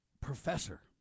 professor